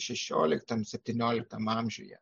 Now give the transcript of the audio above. šešioliktam septynioliktam amžiuje